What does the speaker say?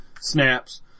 Snaps